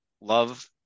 love